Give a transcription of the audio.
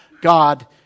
God